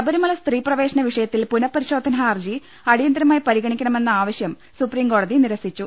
ശബരിമല സ്ത്രീ പ്രവേശന വിഷയത്തിൽ പുനഃപരിശോധനാ ഹർജി അടിയന്തരമായി പരിഗണി ക്കണമെന്ന ആവശ്യം സുപ്രീംകോടതി നിരസിച്ചു